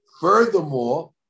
Furthermore